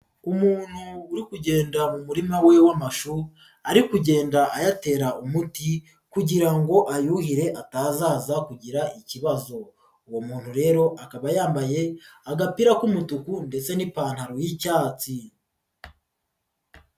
Umuntu uri kugenda mu murima we w'amashu ari kugenda ayatera umuti kugira ngo ayuhire atazaza kugira ikibazo, uwo muntu rero akaba yambaye agapira k'umutuku ndetse n'ipantaro y'icyatsi.